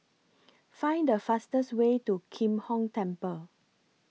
Find The fastest Way to Kim Hong Temple